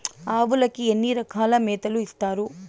ఆవులకి ఎన్ని రకాల మేతలు ఇస్తారు?